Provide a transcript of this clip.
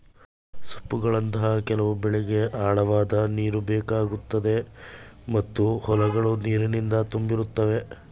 ಸೊಪ್ಪುಗಳಂತಹ ಕೆಲವು ಬೆಳೆಗೆ ಆಳವಾದ್ ನೀರುಬೇಕಾಗುತ್ತೆ ಮತ್ತು ಹೊಲಗಳು ನೀರಿನಿಂದ ತುಂಬಿರುತ್ತವೆ